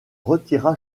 retira